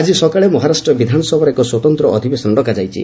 ଆଜି ସକାଳେ ମହାରାଷ୍ଟ୍ର ବିଧାନସଭାର ଏକ ସ୍ୱତନ୍ତ୍ର ଅଧବବେଶନ ଡକାଯାଇଛି